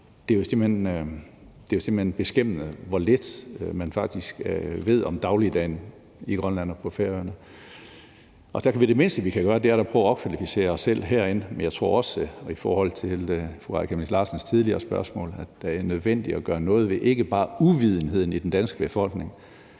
Det er jo simpelt hen beskæmmende, hvor lidt man faktisk ved om dagligdagen i Grønland og på Færøerne. Det mindste, vi kan gøre, er da at prøve at opkvalificere os selv herinde; men jeg tror også i forhold til fru Aaja Chemnitz' tidligere spørgsmål, at det er nødvendigt at gøre noget ved uvidenheden i den danske befolkning,